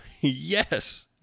yes